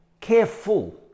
careful